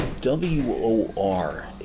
WOR